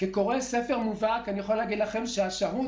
כקורא ספר מובהק אני יכול להגיד לכם שהשהות